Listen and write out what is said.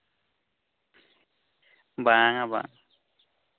ᱵᱟᱝᱟ ᱵᱟᱝ